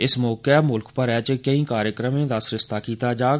इस मौके मुल्ख भरै च कोई कार्यक्रमें दा सरिस्ता कीता जाग